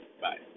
Bye